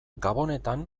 gabonetan